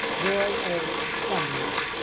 roy a. somlyo.